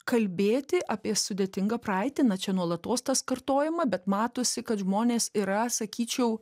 kalbėti apie sudėtingą praeitį na čia nuolatos tas kartojama bet matosi kad žmonės yra sakyčiau